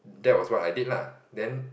that was I did lah